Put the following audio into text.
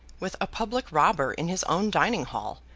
with a public robber in his own dining-hall,